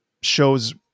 shows